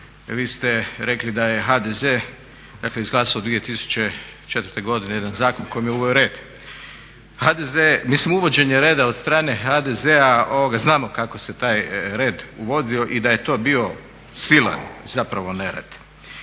vi ste rekli da je HDZ dakle izglasao 2004. godine jedan zakon kojim je uveo red, mislim uvođenje reda od strane HDZ-a, znao kako se taj red uvodio i da je to bio silan zapravo nered.